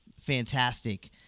fantastic